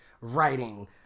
writing